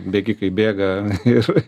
bėgikai bėga ir